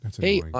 Hey